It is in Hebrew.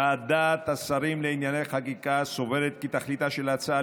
ועדת השרים לענייני חקיקה סברה כי תכליתה של ההצעה,